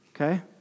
Okay